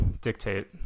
dictate